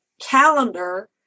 calendar